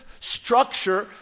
structure